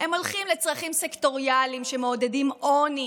אלא הולכים לצרכים סקטוריאליים שמעודדים עוני,